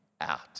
out